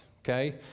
okay